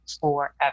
forever